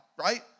right